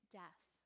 death